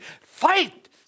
Fight